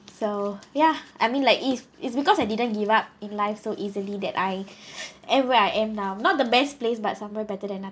so ya I mean like is it's because I didn't give up in life so easily that I and where I am now not the best place but somewhere better than no~